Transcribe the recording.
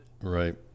Right